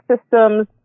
systems